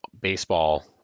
baseball